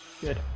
good